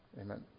Amen